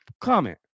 comment